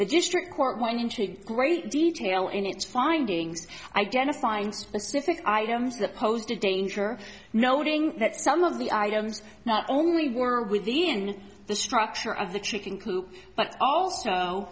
the district court one inch great detail in its findings identifying specific items that posed a danger noting that some of the items not only were within the structure of the chicken coop but also